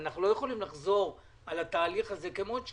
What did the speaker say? אנחנו לא יכולים לחזור על התהליך הזה כמות שהוא.